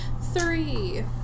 Three